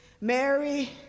Mary